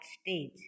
stage